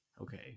Okay